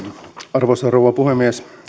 arvoisa rouva puhemies